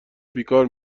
بیکار